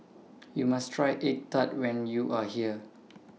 YOU must Try Egg Tart when YOU Are here